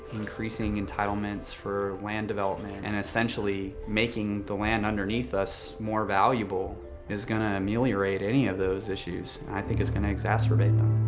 increasing entitlements for land development, and essentially making the land underneath us more valuable is gonna ameliorate any of those issues. i think it's gonna exacerbate them.